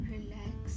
Relax